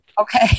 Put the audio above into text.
Okay